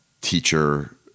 teacher